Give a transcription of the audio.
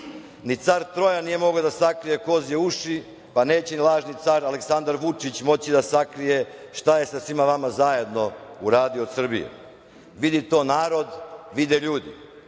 Ni car Trojan nije mogao da sakrije kozije uši, pa neće ni lažni car Aleksandar Vučić moći da sakrije šta je sa svima vama zajedno uradio od Srbije. Vidi to narod, vide ljudi